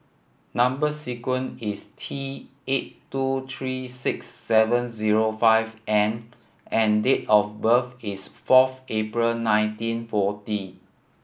number sequence is T eight two tree six seven zero five M and date of birth is fourth April nineteen forty